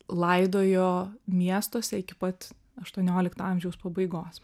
laidojo miestuose iki pat aštuoniolikto amžiaus pabaigos